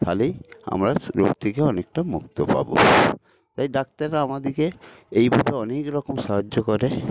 তাহলেই আমরা রোগ থেকে অনেকটা মুক্তি পাব তাই ডাক্তাররা আমাদেরকে এইভাবে অনেক রকম সাহায্য করে